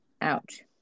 Ouch